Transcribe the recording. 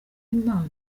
impano